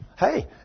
Hey